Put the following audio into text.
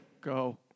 Go